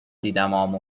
دیدم